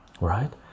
right